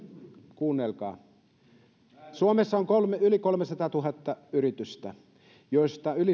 kuunnelkaa suomessa on yli kolmesataatuhatta yritystä joista yli